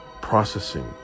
processing